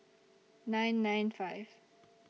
nine nine five